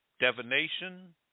divination